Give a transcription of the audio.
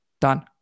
Done